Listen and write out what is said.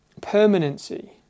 permanency